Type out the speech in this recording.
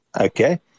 okay